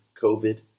COVID